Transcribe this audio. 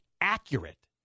accurate